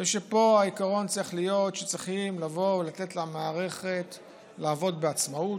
אני חושב שפה העיקרון צריך להיות שצריכים לתת למערכת לעבוד בעצמאות,